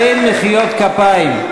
אין מחיאות כפיים.